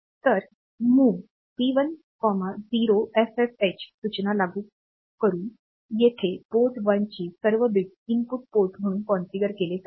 तर MOV P10FFH सूचना लागू करून येथे पोर्ट 1 चे सर्व बिट्स इनपुट पोर्ट म्हणून कॉन्फिगर केले जावे